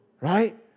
Right